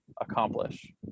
accomplish